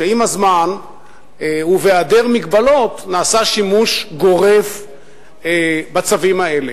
שעם הזמן ובהיעדר מגבלות נעשה שימוש גורף בצווים האלה.